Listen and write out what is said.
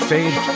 Fade